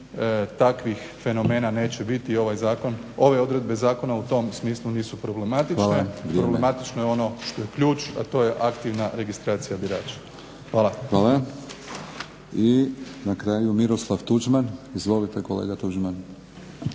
takvih fenomena neće biti. I ovaj zakon, ove odredbe zakona u tom smislu nisu problematične. Problematično je ono što je ključ, a to je aktivna registracija birača. Hvala. **Batinić, Milorad (HNS)** Hvala. I na kraju Miroslav Tuđman. Izvolite kolega Tuđman.